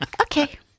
okay